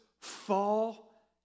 fall